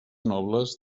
nobles